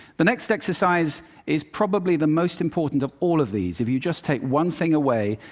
the next exercise is probably the most important of all of these, if you just take one thing away.